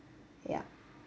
ya